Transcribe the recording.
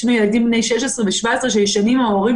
יש ילדים בני 16 ו-17 שישנים עם ההורים